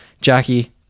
Jackie